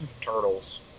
turtles